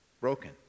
broken